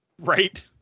Right